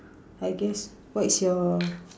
I guess what is your